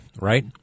right